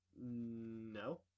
No